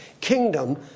kingdom